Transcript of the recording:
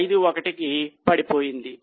51 కి పడిపోయింది